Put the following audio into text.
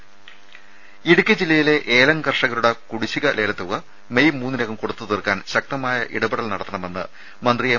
ദേദ ഇടുക്കി ജില്ലയിലെ ഏലം കർഷകരുടെ കുടിശ്ശിക ലേലത്തുക മെയ് മൂന്നിനകം കൊടുത്തു തീർക്കാൻ ശക്തമായ ഇടപെടൽ നടത്തണമെന്ന് മന്ത്രി എം